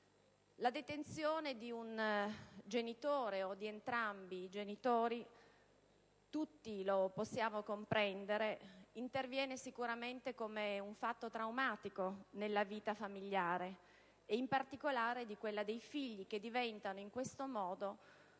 La detenzione di un genitore o di entrambi i genitori, come tutti possiamo comprendere, interviene sicuramente come un fatto traumatico nella vita familiare, e in particolare in quella dei figli, che diventano in questo modo